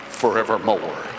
forevermore